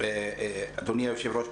אדוני היושב-ראש,